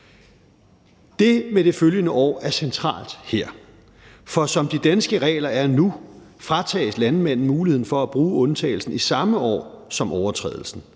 Det med det følgende år er centralt her, for som de danske regler er nu, fratages landmænd muligheden for at bruge undtagelsen i samme år som overtrædelsen.